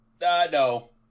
No